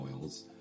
oils